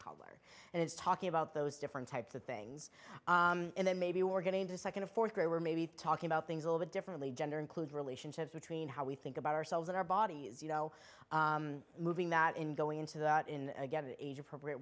color and it's talking about those different types of things and then maybe we're going to second a fourth grader or maybe talking about things little bit differently gender include relationships between how we think about ourselves in our bodies you know moving that in going into that in again the age appropriate